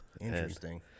Interesting